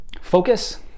focus